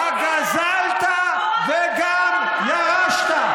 איך זה לחיות, הגזלת וגם ירשת?